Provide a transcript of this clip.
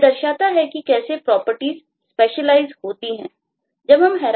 यह दर्शाता है कि कैसे प्रॉपर्टीज स्पेशलाइज नहीं है